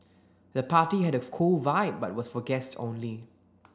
the party had a cool vibe but was for guests only